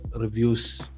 reviews